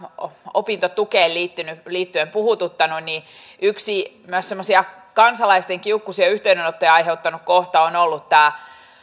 opintotukeen liittyen puhuttaneet myös yksi semmoisia kansalaisten kiukkuisia yhteydenottoja aiheuttanut kohta on ollut tämä